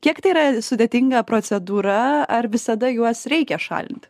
kiek tai yra sudėtinga procedūra ar visada juos reikia šalint